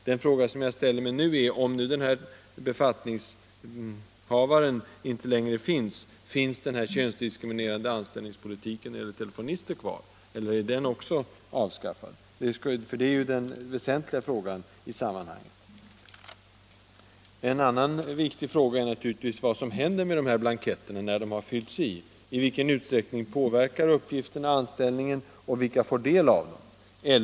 Den fråga jag nu ställer är: Även om nu denna tjänstebenämning inte längre tillämpas, finns den könsdiskriminerande anställningspolitiken nä det gäller telefonister, eller är också den avskaffad? Det är ju den väsentliga saken i sammanhanget. En viktig fråga är naturligtvis vad som händer med dessa blanketter när de har fyllts i. I vilken utsträckning påverkar uppgifterna anställningen och vilka får del av uppgifterna?